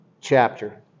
chapter